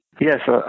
Yes